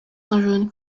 john